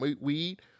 weed